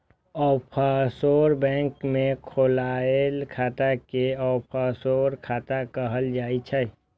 offshore bank मे खोलाएल खाता कें ऑफसोर खाता कहल जाइ छै